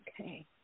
Okay